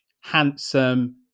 handsome